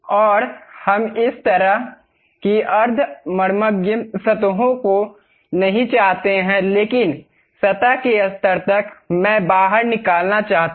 और हम इस तरह की अर्ध मर्मज्ञ सतहों को नहीं चाहते हैं लेकिन सतह के स्तर तक मैं बाहर निकालना चाहता हूं